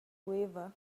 cueva